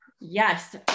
Yes